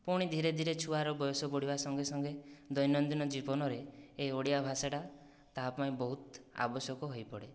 ପୁଣି ଧୀରେ ଧୀରେ ଛୁଆର ବୟସ ବଢ଼ିବା ସଙ୍ଗେ ସଙ୍ଗେ ଦୈନନ୍ଦିନ ଜୀବନରେ ଏ ଓଡ଼ିଆ ଭାଷାଟା ତାହା ପାଇଁ ବହୁତ ଆବଶ୍ୟକ ହୋଇପଡ଼େ